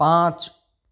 पाँच